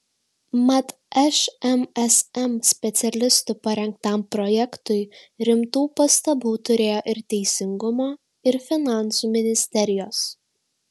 mat šmsm specialistų parengtam projektui rimtų pastabų turėjo ir teisingumo ir finansų ministerijos